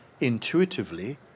intuitively